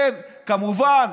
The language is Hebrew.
כן, כמובן,